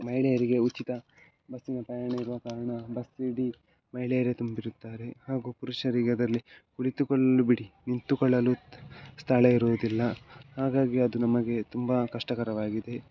ಮಹಿಳೆಯರಿಗೆ ಉಚಿತ ಬಸ್ಸಿನ ಪ್ರಯಾಣ ಇರುವ ಕಾರಣ ಬಸ್ಸು ಇಡೀ ಮಹಿಳೆಯರೇ ತುಂಬಿರುತ್ತಾರೆ ಹಾಗೂ ಪುರುಷರಿಗೆ ಅದರಲ್ಲಿ ಕುಳಿತುಕೊಳ್ಳಲು ಬಿಡಿ ನಿಂತುಕೊಳ್ಳಲೂ ಸ್ಥಳ ಇರುವುದಿಲ್ಲ ಹಾಗಾಗಿ ಅದು ನಮಗೆ ತುಂಬ ಕಷ್ಟಕರವಾಗಿದೆ